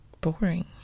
boring